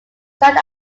side